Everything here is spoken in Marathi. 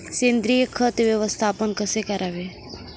सेंद्रिय खत व्यवस्थापन कसे करावे?